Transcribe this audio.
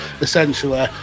essentially